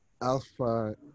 alpha